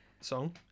song